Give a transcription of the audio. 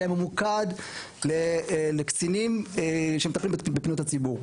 שהיה ממוקד לקצינים שמטפלים בפניות הציבור.